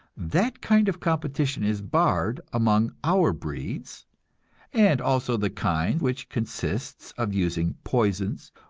that kind of competition is barred among our breeds and also the kind which consists of using poisons,